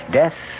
death